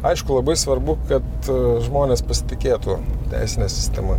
aišku labai svarbu kad žmonės pasitikėtų teisine sistema